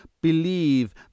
believe